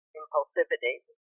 impulsivity